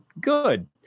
good